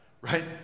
right